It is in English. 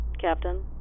Captain